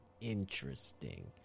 interesting